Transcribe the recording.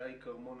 שי כרמונה,